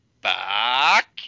back